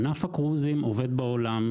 ענף הקרוזים עובד בעולם,